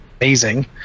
amazing